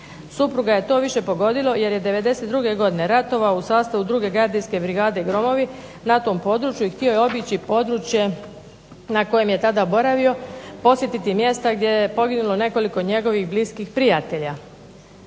Supruga je to više pogodilo jer je '92. godine ratovao u sastavu 2. gardijske brigade Gromovi na tom području i htio je obići područje na kojem je tada boravio, posjetiti mjesta gdje je poginulo nekoliko njegovih bliskih prijatelja.